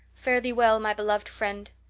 fare thee well, my beloved friend.